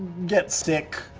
get sick.